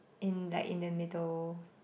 in like in the middle